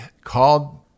called